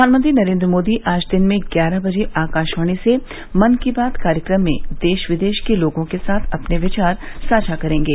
प्रधानमंत्री नरेन्द्र मोदी आज दिन में ग्यारह बजे आकशवाणी से मन की बात कार्यक्रम में देश विदेश के लोगों के साथ अपने विचार साझा करेंगे